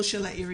או של העיריות.